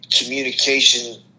communication